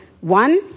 one